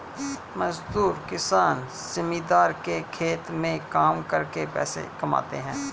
मजदूर किसान जमींदार के खेत में काम करके पैसा कमाते है